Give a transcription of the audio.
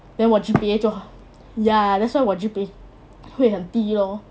then 我 G_P_A 就很 ya that's why 我 G_P_A 会很低 lor